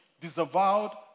disavowed